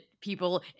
people